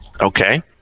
Okay